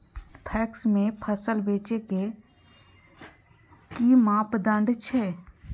PACS में फसल बेचे के कि मापदंड छै?